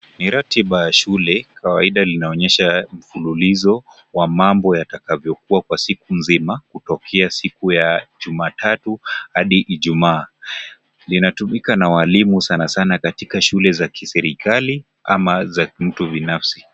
Ni ratiba ya shule kawaida inaonyesha mfululizo wa mambo yatakavyokuwa kwa siku nzima, kutokea siku ya Jumatatu hadi Ijumaa. Inatumika na walimu sana sana katika shule za kiserikali ama za mtu binafsi.